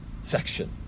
section